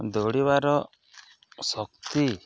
ଦୌଡ଼ିବାର ଶକ୍ତି